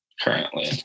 currently